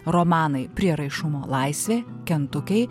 romanai prieraišumo laisvė kentukiai